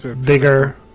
bigger